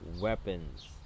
weapons